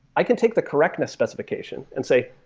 i can take the correctness specification and say,